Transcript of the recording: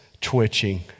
twitching